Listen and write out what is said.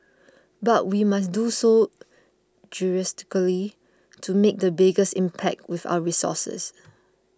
but we must do so judiciously to make the biggest impact with our resources